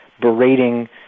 berating